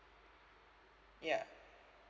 ya